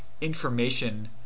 information